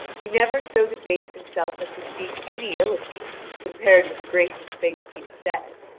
he never so debased himself as to speak any ill of you compared with the gracious things he has said.